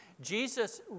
Jesus